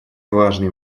важный